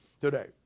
today